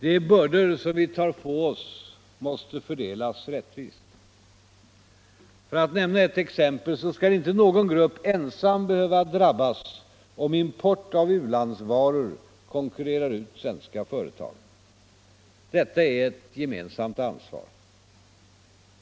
De bördor som vi tar på oss måste fördelas rättvist. För att nämna ett exempel så skall inte någon grupp ensam behöva drabbas, om import av u-landsvaror konkurrerar ut svenska företag. Detta är ett gemensamt ansvar.